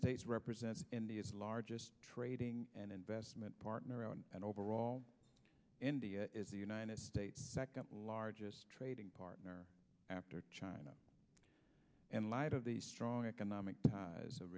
states represents in the largest trading and investment partner on an overall india is the united states backed up a largest trading partner after china and light of the strong economic ties